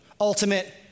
ultimate